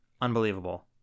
Unbelievable